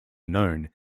known